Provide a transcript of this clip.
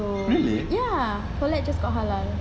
so ya Poulet just got halal